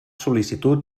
sol·licitud